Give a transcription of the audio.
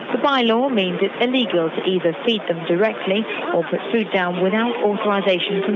the by-law means it's illegal to either feed them directly or put food down without authorisation from